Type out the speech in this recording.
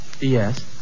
Yes